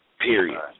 period